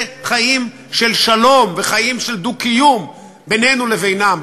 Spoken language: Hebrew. חיים של שלום וחיים של דו-קיום בינינו לבינם,